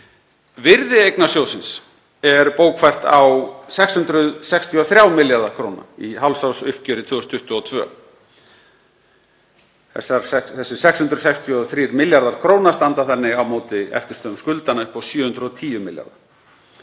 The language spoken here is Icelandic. Virði eigna sjóðsins er bókfært á 663 milljarða króna í hálfsársuppgjöri 2022. Þessir 663 milljarðar kr. standa þannig á móti eftirstöðvum skuldanna upp á 710 milljarða.